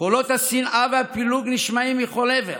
וקולות השנאה והפילוג נשמעים מכל עבר,